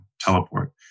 teleport